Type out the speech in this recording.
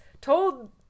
told